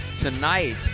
Tonight